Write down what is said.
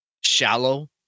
shallow